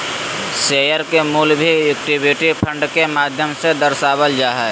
share के मूल्य भी इक्विटी फंड के माध्यम से दर्शावल जा हय